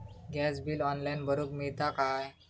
Gas bill online भरुक मिळता काय?